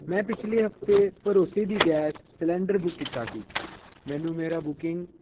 ਮੈਂ ਪਿਛਲੇ ਹਫ਼ਤੇ ਭਰੋਸੇ ਦੀ ਗੈਸ ਸਿਲੰਡਰ ਬੁੱਕ ਕੀਤਾ ਸੀ ਮੈਨੂੰ ਮੇਰਾ ਬੁੱਕਿੰਗ